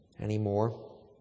anymore